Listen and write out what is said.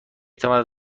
تواند